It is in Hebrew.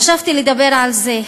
חשבתי לדבר על זה,